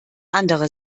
andere